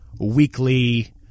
Weekly